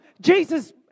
Jesus